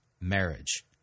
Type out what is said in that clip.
marriage